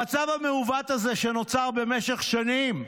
המצב המעוות הזה נוצר במשך שנים,